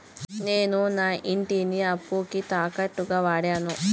నేను నా ఇంటిని అప్పుకి తాకట్టుగా వాడాను